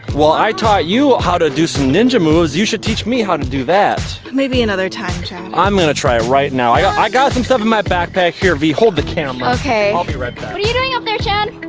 well, i taught you how to do some ninja moves you should teach me how to do that! maybe another time chad! i'm going to try right now i ah i got some stuff in my backpack, here vy hold the camera. okay i'll be right back! what are you doing up there chad?